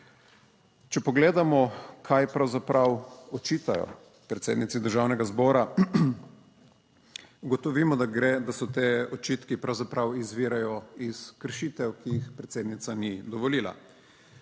Če pogledamo kaj pravzaprav očitajo predsednici Državnega zbora. Ugotovimo, da gre, da so ti očitki pravzaprav izvirajo iz kršitev, ki jih predsednica ni dovolila.